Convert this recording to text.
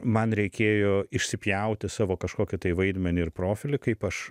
man reikėjo išsipjauti savo kažkokį vaidmenį ir profilį kaip aš